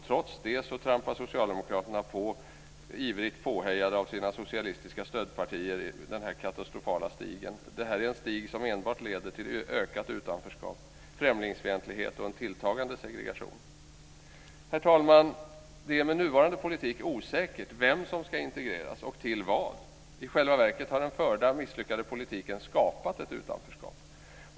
Trots det trampar socialdemokraterna vidare på den katastrofala stigen ivrigt påhejade av sina socialistiska stödpartier. Det är en stig som enbart leder till ökat utanförskap, främlingsfientlighet och tilltagande segregation. Herr talman! Det är med nuvarande politik osäkert vem som ska integreras och till vad. I själva verket har den förda, misslyckade politiken skapat ett utanförskap.